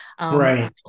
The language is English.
Right